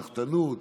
סחטנות,